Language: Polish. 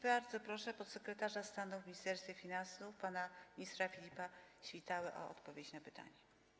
Bardzo proszę podsekretarza stanu w Ministerstwie Finansów pana ministra Filipa Świtałę o odpowiedź na pytania.